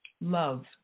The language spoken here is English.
love